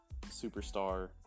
Superstar